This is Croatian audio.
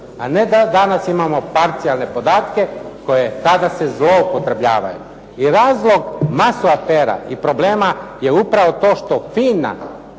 A ne da danas imamo parcijalne podatke koje kada se zloupotrebljavaju. I razlog masu afera i problema je upravo to što FINA